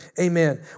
Amen